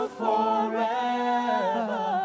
forever